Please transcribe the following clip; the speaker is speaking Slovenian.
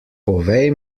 povej